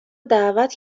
دعوت